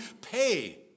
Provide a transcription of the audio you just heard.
pay